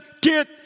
get